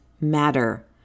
matter